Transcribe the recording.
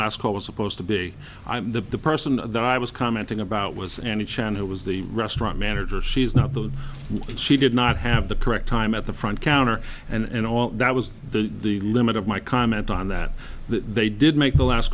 last call is supposed to be i'm the person that i was commenting about was any chance who was the restaurant manager she's not the she did not have the correct time at the front counter and all that was the the limit of my comment on that they did make the last